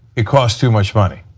it cost too much money.